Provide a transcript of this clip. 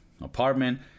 apartment